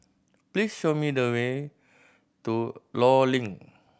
please show me the way to Law Link